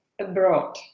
abroad